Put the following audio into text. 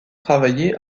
travailler